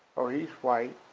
oh he's white,